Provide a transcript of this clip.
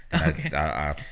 Okay